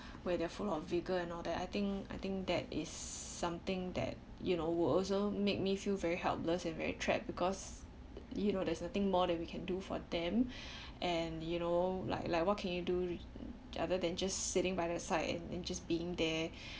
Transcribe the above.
where they're full of vigour and all that I think I think that is something that you know will also make me feel very helpless and very trapped because you know there's nothing more that we can do for them and you know like like what can you do other than just sitting by their side and and just being there